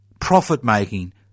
Profit-making